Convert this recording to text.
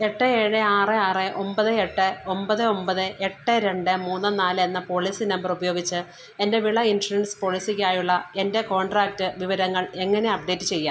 എട്ട് ഏഴ് ആറ് ആറ് ഒമ്പത് എട്ട് ഒമ്പത് ഒമ്പത് എട്ട് രണ്ട് മൂന്ന് നാല് എന്ന പോളിസി നമ്പർ ഉപയോഗിച്ച് എൻ്റെ വിള ഇൻഷുറൻസ് പോളിസിക്കായുള്ള എൻ്റെ കോൺട്രാക്റ്റ് വിവരങ്ങൾ എങ്ങനെ അപ്ഡേറ്റ് ചെയ്യാം